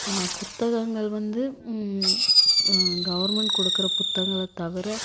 புத்தகங்கள் வந்து கவுர்மெண்ட் கொடுக்கற புத்தகங்களை தவிர